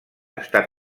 estar